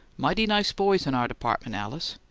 mighty nice boys in our department, alice.